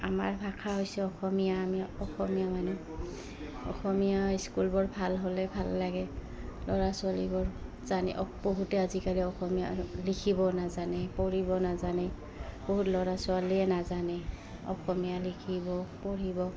আমাৰ ভাষা হৈছে অসমীয়া আমি অসমীয়া মানুহ অসমীয়া স্কুলবোৰ ভাল হ'লে ভাল লাগে ল'ৰা ছোৱালীবোৰ জানে বহুতে আজিকালি অসমীয়া লিখিব নাজানে পঢ়িব নাজানে বহুত ল'ৰা ছোৱালীয়ে নাজানে অসমীয়া লিখিব পঢ়িব